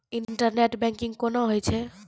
Internet banking कोना होय छै?